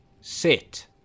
Sit